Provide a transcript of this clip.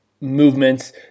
movements